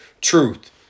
Truth